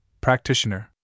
practitioner